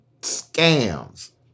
scams